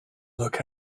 look